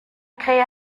krähe